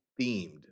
themed